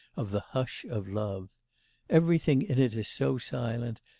of the hush of love everything in it is so silent,